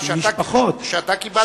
שאתה קיבלת?